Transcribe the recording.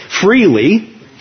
freely